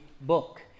book